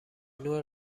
نوع